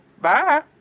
Bye